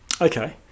Okay